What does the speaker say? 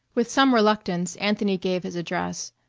with some reluctance anthony gave his address.